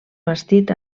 bastit